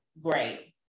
Great